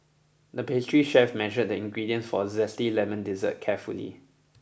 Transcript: the pastry chef measured the ingredients for a zesty lemon dessert carefully